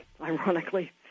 ironically